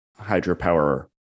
hydropower